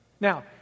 Now